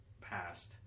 passed